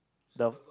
the